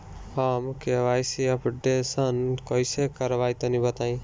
हम KYC updation कइसे करवाई तनि बताई?